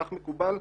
כך מקובל.